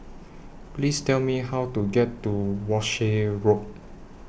Please Tell Me How to get to Walshe Road